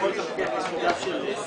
בשעה 11:23.